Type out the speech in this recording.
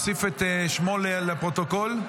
אוסיף או שמו לפרוטוקול.